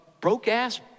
broke-ass